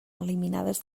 eliminades